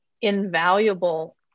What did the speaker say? invaluable